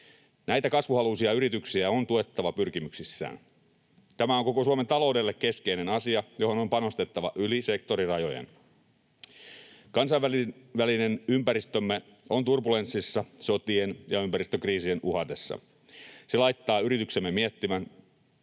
Näitä kasvuhaluisia yrityksiä on tuettava pyrkimyksissään. Tämä on koko Suomen taloudelle keskeinen asia, johon on panostettava yli sektorirajojen. Kansainvälinen ympäristömme on turbulenssissa sotien ja ympäristökriisien uhatessa. Se laittaa yrityksemme miettimään